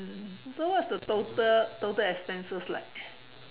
then what's the total total expenses like